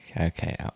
okay